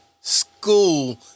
school